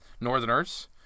Northerners